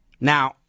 Now